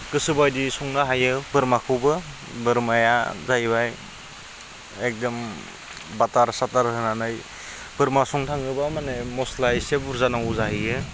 गोसो बायदियै संनो हायो बोरमाखौबो बोरमाया जाहैबाय एकदम बाटार साटार होनानै बोरमा संनो थाङोबा माने मस्ला एसे बुर्जा नांगौ जाहैयो